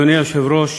אדוני היושב-ראש,